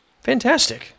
Fantastic